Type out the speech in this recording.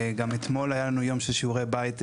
גם אתמול היה לנו יום של שיעורי בית,